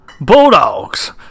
Bulldogs